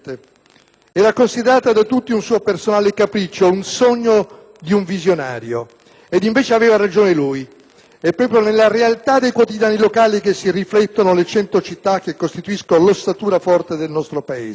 era considerata da tutti un suo personale capriccio, il sogno di un visionario. Ed invece aveva ragione lui: è proprio nella realtà dei quotidiani locali che si riflettono le 100 città che costituiscono l'ossatura forte del nostro Paese.